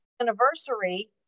anniversary